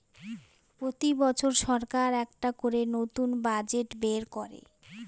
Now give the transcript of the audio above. প্রতি বছর সরকার একটা করে নতুন বাজেট বের করে